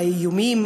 האיומים,